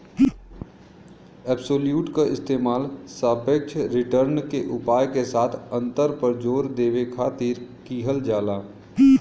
absolute क इस्तेमाल सापेक्ष रिटर्न के उपाय के साथ अंतर पर जोर देवे खातिर किहल जाला